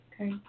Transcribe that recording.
Okay